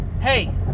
hey